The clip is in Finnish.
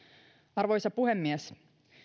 arvoisa puhemies